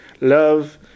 love